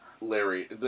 Larry